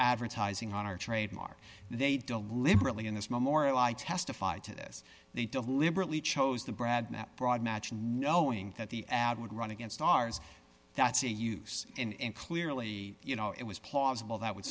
advertising on our trademark they deliberately in this memorial i testified to this they deliberately chose the brad that broad match and knowing that the ad would run against ours that's a use and clearly you know it was plausible that would